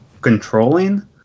controlling